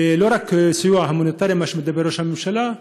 ולא רק סיוע הומניטרי, מה שעליו ראש הממשלה מדבר.